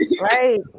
right